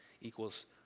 equals